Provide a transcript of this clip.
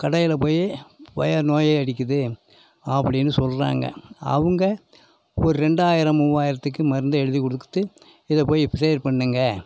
கடையில் போய் வய நோயை அடிக்கிது அப்படின்னு சொல்லுறாங்க அவங்க ஒரு ரெண்டாயிரம் மூவாயிரத்துக்கு மருந்தை எழுதி கொடுத்து இதை போய் ஸ்ப்ரேயர் பண்ணுங்கள்